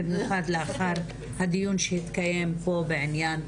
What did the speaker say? במיוחד לאחר הדיון שהתקיים פה בעניין.